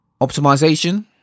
optimization